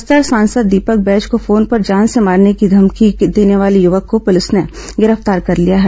बस्तर सांसद दीपक बैज को फोन पर जान से मारने की धमकी देने वाले युवक को पुलिस ने गिरफ्तार कर लिया है